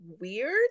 weird